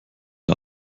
der